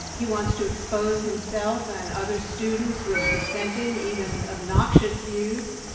he wants to expose himself and other students with dissenting, even obnoxious views.